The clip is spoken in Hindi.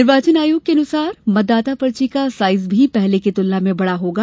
निर्वाचन आयोग के अनुसार मतदाता पर्ची का साइज भी पहले की तुलना में बड़ा होगा